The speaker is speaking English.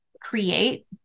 create